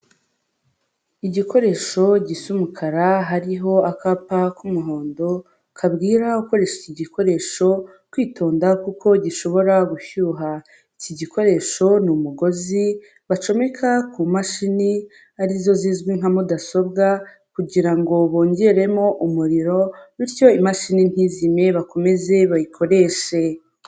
Igikoresho gisa umukara hariho akapa k'umuhondo kabwira ukoreshe iki gikoresho kwitonda kuko gishobora gushyuha, iki gikoresho ni umugozi bacomeka ku mashini ari zo zizwi nka mudasobwa kugira ngo bongeremo umuriro bityo imashini ntizime bakomeze bayikoreshe.